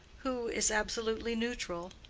who is absolutely neutral?